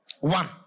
One